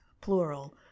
plural